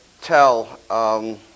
tell